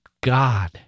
God